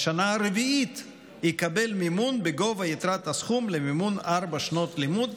בשנה הרביעית יקבל מימון בגובה יתרת הסכום למימון ארבע שנות לימוד,